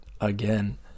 again